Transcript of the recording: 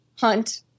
hunt